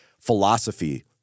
philosophy